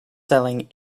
selling